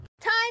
Time